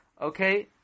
Okay